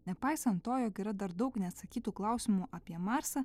nepaisant to jog yra dar daug neatsakytų klausimų apie marsą